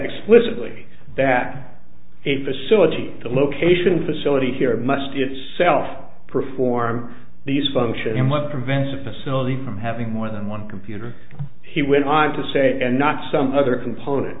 explicitly that a facility the location facility here must itself perform these functions and what prevents a facility from having more than one computer he went on to say and not some other component